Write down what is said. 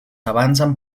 avanzan